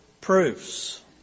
proofs